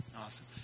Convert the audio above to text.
Awesome